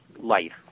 life